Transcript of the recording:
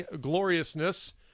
gloriousness